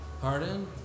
Pardon